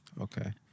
Okay